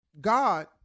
God